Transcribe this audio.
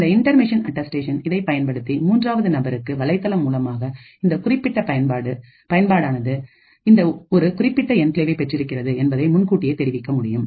இந்த inter machine attestation இதைப் பயன்படுத்தி மூன்றாவது நபருக்கு வலைதளம் மூலமாக இந்த குறிப்பிட்ட பயன்பாடு பயன்பாடானது இந்த ஒரு குறிப்பிட்ட என்கிளேவை பெற்றிருக்கின்றது என்பதனை முன்கூட்டியே தெரிவிக்க முடியும்